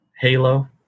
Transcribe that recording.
Halo